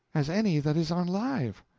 as any that is on live.